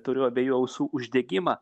turiu abiejų ausų uždegimą